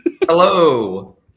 hello